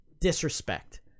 disrespect